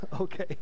okay